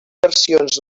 versions